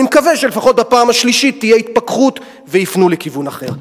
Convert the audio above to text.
אני מקווה שלפחות בפעם השלישית תהיה התפכחות ויפנו לכיוון אחר.